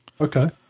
Okay